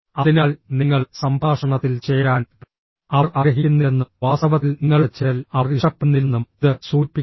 അതിനാൽ നിങ്ങൾ സംഭാഷണത്തിൽ ചേരാൻ അവർ ആഗ്രഹിക്കുന്നില്ലെന്നും വാസ്തവത്തിൽ നിങ്ങളുടെ ചേരൽ അവർ ഇഷ്ടപ്പെടുന്നില്ലെന്നും ഇത് സൂചിപ്പിക്കുന്നു